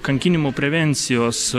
kankinimų prevencijos